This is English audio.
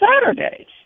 Saturdays